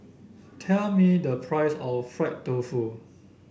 tell me the price of Fried Tofu